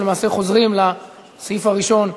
ולמעשה חוזרים לסעיף הראשון בחקיקה: